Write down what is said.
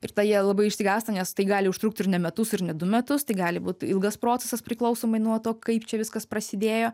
ir tada jie labai išsigąsta nes tai gali užtrukt ir ne metus ir ne du metus tai gali būt ilgas procesas priklausomai nuo to kaip čia viskas prasidėjo